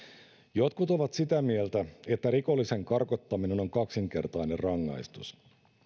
jotkut ovat sitä mieltä että rikollisen karkottaminen on kaksinkertainen rangaistus